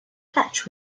fetch